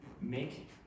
make